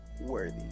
worthy